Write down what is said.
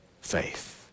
faith